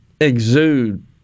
exude